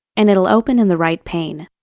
and it'll open in the right pane.